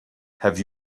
have